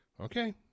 Okay